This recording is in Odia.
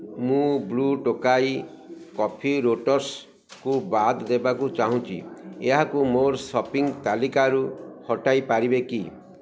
ମୁଁ ବ୍ଲୁ ଟୋକାଇ କଫି ରୋଟସ୍କୁ ବାଦ୍ ଦେବାକୁ ଚାହୁଁଛି ଏହାକୁ ମୋର ସପିଂ ତାଲିକାରୁ ହଟାଇ ପାରିବେ କି